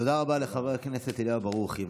תודה רבה לחבר הכנסת אליהו ברוכי.